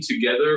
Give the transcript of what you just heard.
together